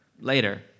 later